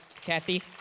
Kathy